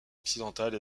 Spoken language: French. occidentale